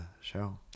show